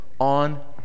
on